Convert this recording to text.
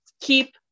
keep